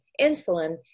insulin